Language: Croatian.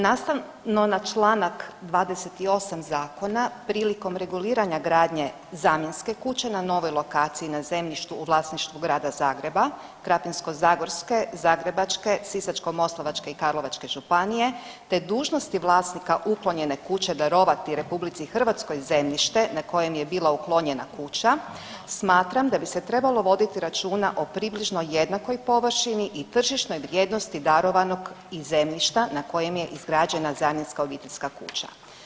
Nastavno na čl. 28 Zakona, prilikom reguliranja gradnje zamjenske kuće na novoj lokaciji na zemljištu u vlasništvu Grada Zagreba, Krapinsko-zagorske, Zagrebačke, Sisačko-moslavačke i Karlovačke županije te dužnosti vlasnika uklonjene kuće darovati RH zemljište na kojem je bila uklonjena kuća smatram da bi se trebalo voditi računa o približno jednakoj površini i tržišnoj vrijednosti darovanog i zemljišta na kojem je izgrađena zamjenska obiteljska kuća.